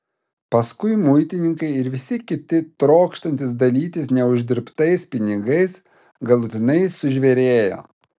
paskui muitininkai ir visi kiti trokštantys dalytis neuždirbtais pinigais galutinai sužvėrėjo